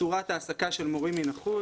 צורת ההעסקה של מורים מן החוץ